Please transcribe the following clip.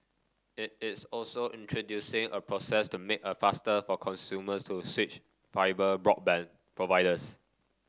it is also introducing a process to make a faster for consumers to switch fibre broadband providers